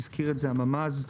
הזכיר את זה הממ"ז.